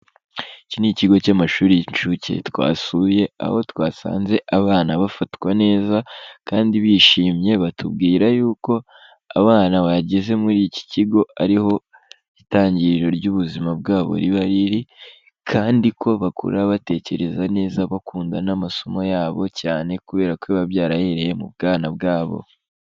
Iki ni ikigo cy'amashuri y'incuke twasuye, aho twasanze abana bafatwa neza kandi bishimye, batubwira y'uko abana bageze muri iki kigo ari itangiriro ry'ubuzima bwabo riba riri, kandi ko bakura batekereza neza bakunda n'amasomo yabo cyane, kubera ko biba byarahereye mu bwana bwabo.